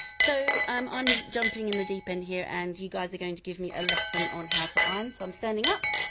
so i'm i'm jumping in the deep end here and you guys are going to give me a lesson on how to iron. so, i'm standing up,